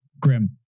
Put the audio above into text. grim